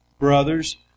Brothers